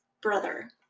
brother